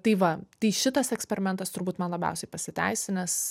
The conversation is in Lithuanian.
tai va tai šitas eksperimentas turbūt man labiausiai pasiteisinęs